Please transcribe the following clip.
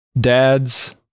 dad's